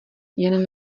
jen